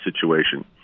situation